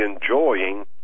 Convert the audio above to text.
enjoying